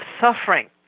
suffering